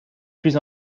plus